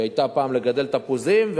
שהיתה פעם לגדל תפוזים,